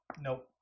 Nope